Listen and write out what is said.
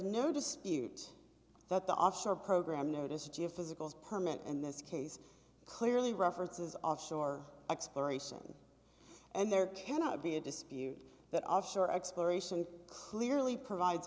no dispute that the offshore programme notice geophysical is permanent and this case clearly references offshore exploration and there cannot be a dispute that offshore exploration clearly provide